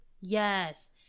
yes